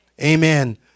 Amen